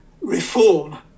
reform